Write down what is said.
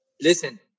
listen